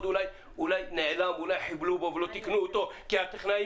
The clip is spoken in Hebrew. או אולי הוא נעלם או אולי חיבלו בו ולא תיקנו אותו כי הטכנאים